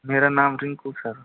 मेरा नाम रिंकू सर